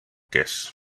guess